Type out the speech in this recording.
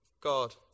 God